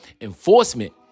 enforcement